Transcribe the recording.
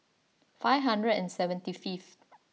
five hundred and seventy fifth